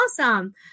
awesome